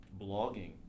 blogging